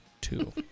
two